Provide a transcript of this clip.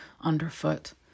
underfoot